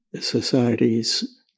Societies